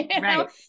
right